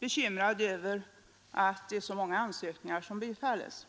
bekymrad över att det är så många ansökningar som bifalls.